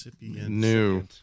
New